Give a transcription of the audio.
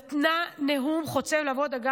היא נתנה נאום חוצב להבות אש.